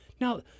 Now